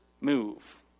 move